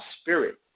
spirit